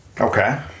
Okay